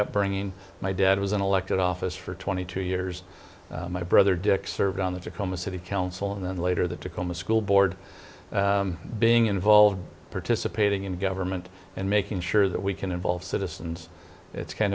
upbringing my dad was in elected office for twenty two years my brother dick served on the tacoma city council and then later the tacoma school board being involved participating in government and making sure that we can involve citizens it's kind